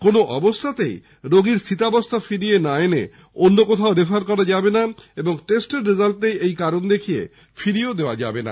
কোনও অবস্থাতেই রোগীর স্থিতাবস্থা ফিরিয়ে না এনে অন্য কোথাও রেফার করা যাবে না এবং টেস্ট রেজাল্ট নেই এই কারণ দেখিয়ে ফিরিয়ে দেওয়া যাবে না